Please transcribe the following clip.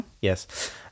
Yes